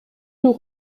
nous